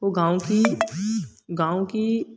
वो गाँव की गाँव की